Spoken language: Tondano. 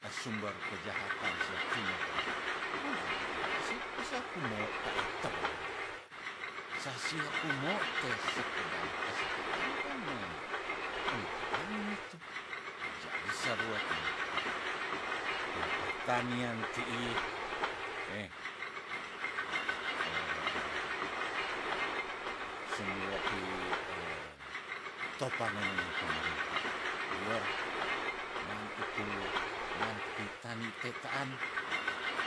Asumber kejahatan sia tinewelew mana mungkin kwa sikku siaku mo kayo toulen sasia kumo tes sekedar kesehatan kan ne engke wangunitu jadi sabuat nyaku empertanian tiih eh sumiwoki topangenine pemerintah rior maan itu manti keitani tetaan